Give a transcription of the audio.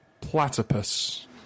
Platypus